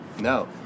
No